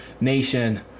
nation